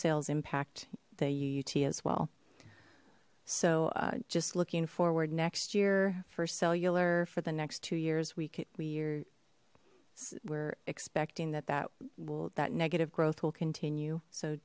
sales impact the uut as well so just looking forward next year for cellular for the next two years we could we're we're expecting that that will that negative growth will continue so